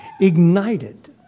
ignited